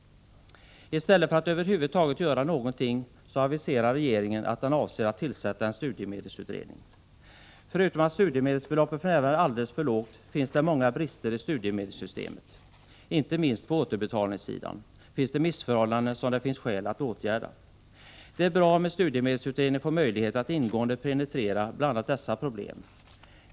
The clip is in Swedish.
I stället för att över huvud taget göra någonting så aviserar regeringen att den avser att tillsätta en studiemedelsutredning. Förutom att studiemedelsbeloppet för närvarande är alldeles för lågt finns det många brister i studiemedelssystemet. Inte minst på återbetalningssidan finns missförhållanden som det finns skäl att åtgärda. Det är bra om en studiemedelsutredning får möjligheter att ingående penetrera bl.a. dessa problem.